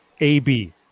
AB